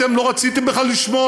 אתם לא רציתם בכלל לשמוע.